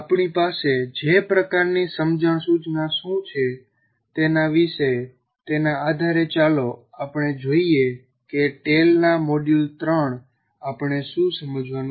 આપણી પાસે જે પ્રકાર ની સમજણ સુચના શું છે તેના વિશે છે તેના આધારે ચાલો આપણે જોઈએ કે ટેલ ના મોડ્યુલ 3 આપણે શું સમજવાનું છે